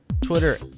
Twitter